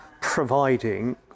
providing